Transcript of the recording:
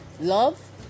love